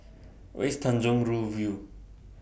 Where IS Tanjong Rhu View